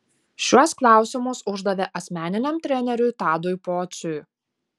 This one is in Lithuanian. šiuos klausimus uždavė asmeniniam treneriui tadui pociui